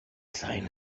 sign